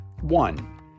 One